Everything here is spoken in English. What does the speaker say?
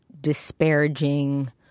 disparaging